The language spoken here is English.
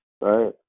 Right